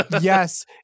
Yes